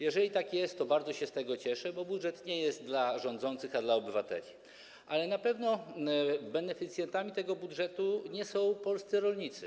Jeżeli tak jest, to bardzo się z tego cieszę, bo budżet nie jest dla rządzących, jest dla obywateli, ale na pewno beneficjentami tego budżetu nie są polscy rolnicy.